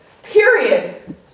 Period